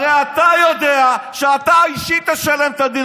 הרי אתה יודע שאתה אישית תשלם את הדין